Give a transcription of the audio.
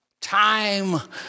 Time